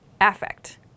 affect